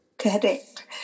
Correct